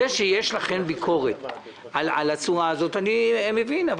זה שיש לכן ביקורת על הצורה הזו זה בסדר אבל